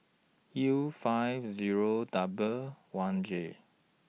U five Zero one J